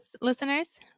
listeners